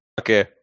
Okay